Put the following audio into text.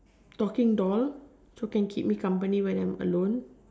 talking doll so can keep me company when I'm alone